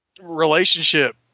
relationship